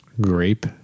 grape